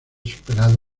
superado